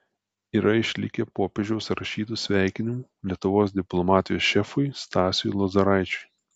yra išlikę popiežiaus rašytų sveikinimų lietuvos diplomatijos šefui stasiui lozoraičiui